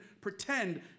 pretend